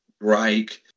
break